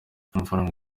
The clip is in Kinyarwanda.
amafaranga